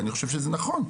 ואני חושב שזה נכון,